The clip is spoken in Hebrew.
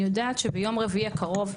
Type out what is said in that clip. אני יודעת שביום רביעי הקרוב,